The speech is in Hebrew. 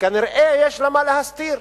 וכנראה יש לה מה להסתיר.